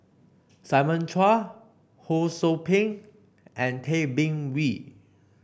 Simon Chua Ho Sou Ping and Tay Bin Wee